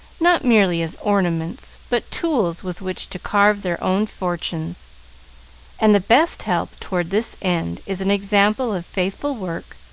not merely as ornaments, but tools with which to carve their own fortunes and the best help toward this end is an example of faithful work,